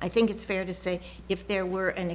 i think it's fair to say if there were an